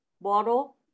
bottle